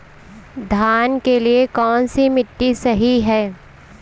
धान के लिए कौन सी मिट्टी सही है?